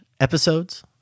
episodes